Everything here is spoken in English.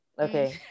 Okay